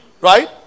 Right